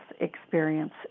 experience